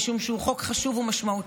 משום שהוא חוק חשוב ומשמעותי.